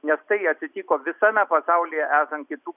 nes tai atsitiko visame pasaulyje esant kitų